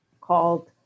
called